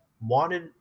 wanted